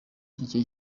icyo